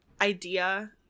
idea